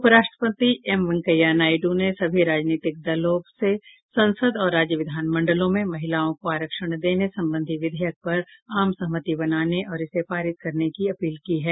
उप राष्ट्रपति एम वेंकैया नायडू ने सभी राजनीतिक दलों से संसद और राज्य विधानमंडलों में महिलाओं को आरक्षण देने संबंधी विधेयक पर आम सहमति बनाने और इसे पारित करने की अपील की है